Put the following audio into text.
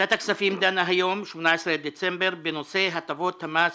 היום ה-18 בדצמבר בנושא הטבות המס